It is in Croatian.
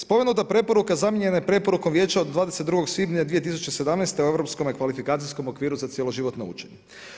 Spomenuta preporuka zamijenjena je preporukom Vijeća od 22. svibnja 2017. o europskom kvalifikacijskom okviru za cjeloživotno učenje.